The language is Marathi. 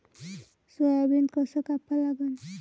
सोयाबीन कस कापा लागन?